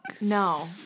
No